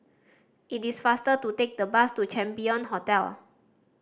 it is faster to take the bus to Champion Hotel